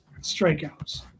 strikeouts